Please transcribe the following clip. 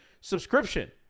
subscription